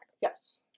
Yes